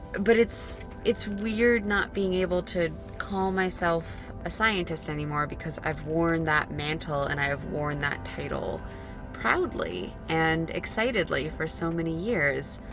but it's it's weird not being able to call myself a scientist anymore because i've worn that mantle and i've worn that title proudly and excitedly for so many years.